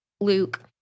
Luke